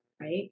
Right